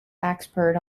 expert